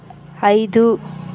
ఐదు